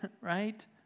right